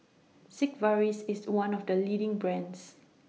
Sigvaris IS one of The leading brands